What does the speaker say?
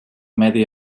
medi